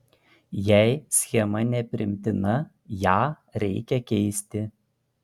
jei schema nepriimtina ją reikia keisti